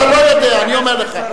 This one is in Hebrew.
אתה לא יודע, אני אומר לך.